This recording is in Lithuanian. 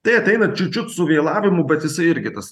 tai ateina čiut čiut su vėlavimu bet jisai irgi tas